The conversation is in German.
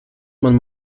man